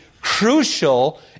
crucial